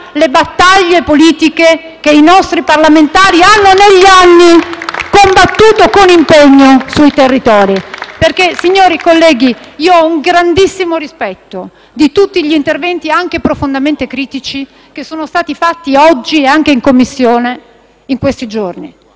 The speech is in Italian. le battaglie politiche che i nostri parlamentari hanno negli anni combattuto con impegno sui territori. (Applausi dal Gruppo FI-BP). Onorevoli colleghi, ho un grandissimo rispetto di tutti gli interventi, anche profondamente critici, che sono stati fatti oggi, e anche in Commissione in questi giorni.